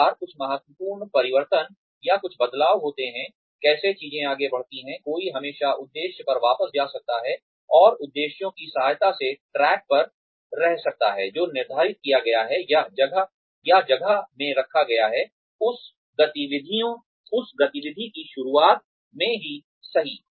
हर बार कुछ महत्वपूर्ण परिवर्तन या कुछ बदलाव होते हैं कैसे चीजें आगे बढ़ रही हैं कोई हमेशा उद्देश्य पर वापस जा सकता है और उद्देश्यों की सहायता से ट्रैक पर रह सकता है जो निर्धारित किया गया है या जगह में रखा गया है उस गतिविधि की शुरुआत में ही सही